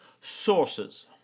sources